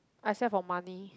except for money